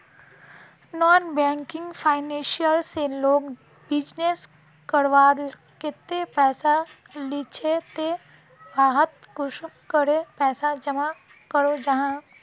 Non banking financial से लोग business करवार केते पैसा लिझे ते वहात कुंसम करे पैसा जमा करो जाहा?